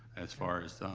as far as,